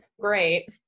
great